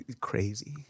crazy